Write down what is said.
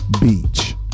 Beach